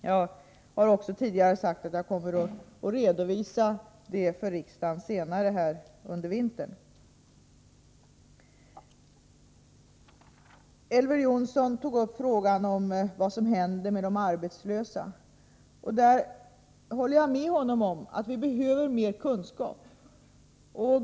Jag har också tidigare sagt att jag till riksdagen kommer att lämna en redovisning av dessa frågor senare under vintern. Elver Jonsson tog upp frågan om vad som händer med de arbetslösa. Jag håller med honom om att vi behöver ökade kunskaper.